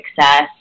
success